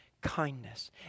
kindness